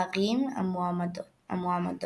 הצעה הכוללת השקעה של 15.8 מיליארד דולר בבנייה ושיפוץ של 14